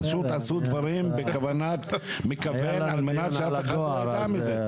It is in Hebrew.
פשוט עשו דברים בכוונת מכוון על מנת שאף אחד לא ידע מזה.